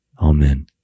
Amen